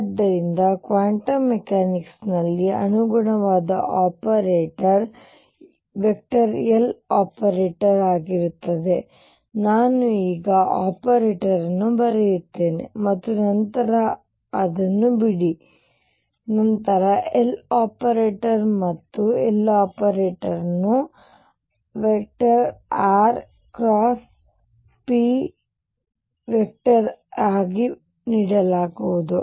ಆದ್ದರಿಂದ ಕ್ವಾಂಟಮ್ ಮೆಕ್ಯಾನಿಕ್ಸ್ನಲ್ಲಿ ಅನುಗುಣವಾದ ಆಪರೇಟರ್ Loperator ಆಗಿರುತ್ತದೆ ನಾನು ಈಗ ಆಪರೇಟರ್ ಅನ್ನು ಬರೆಯುತ್ತೇನೆ ಮತ್ತು ನಂತರ ಅದನ್ನು ಬಿಡಿ ನಂತರ Loperator ಮತ್ತು Loperator ಅನ್ನು rp ಯಾಗಿ ನೀಡಲಾಗುವುದು